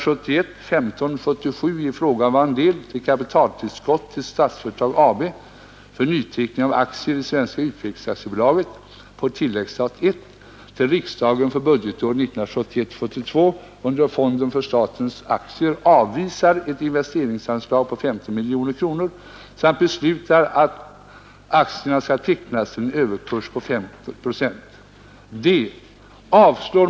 Jag yrkar att riksdagen Herr talman!